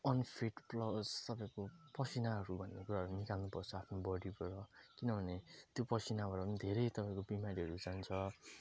unfit plus तपाईँको पसिनाहरू भन्ने कुराहरू निकाल्नुपर्छ आफ्नो बडीबाट किनभने त्यो पसिनाबाट पनि धेरै तपाईँको बिमारीहरू जान्छ